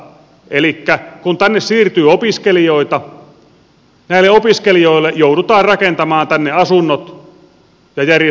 elikkä kun tänne siirtyy opiskelijoita näille opiskelijoille joudutaan rakentamaan tänne asunnot ja järjestämään muu huolto